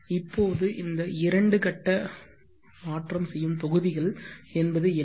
இப்போது இந்த இரண்டு கட்ட மாற்றம் செய்யும் தொகுதிகள் என்பது என்ன